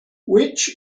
which